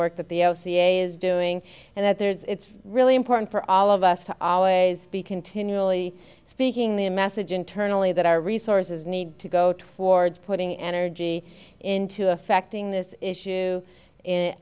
work that the o c a is doing and that there's it's really important for all of us to always be continually speaking the message internally that our resources need to go to wards putting energy into affecting this issue